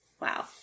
Wow